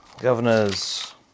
governors